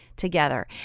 together